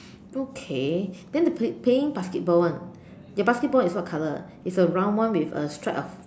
okay then the play playing basketball one your basketball is what color is a round one with a stripe of